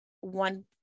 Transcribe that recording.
one